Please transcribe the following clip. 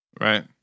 Right